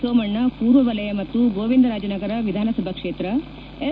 ಸೋಮಣ್ಣ ಪೂರ್ವ ವಲಯ ಮತ್ತು ಗೋವಿಂದ ರಾಜನಗರ ವಿಧಾನಸಭಾ ಕ್ಷೇತ್ರ ಎಸ್